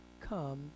come